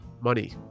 Money